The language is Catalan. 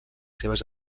seves